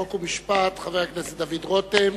חוק ומשפט חבר הכנסת דוד רותם.